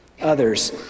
others